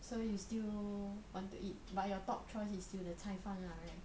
so you still want to eat but your top choice is still the 菜饭 lah right